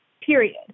Period